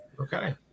Okay